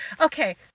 okay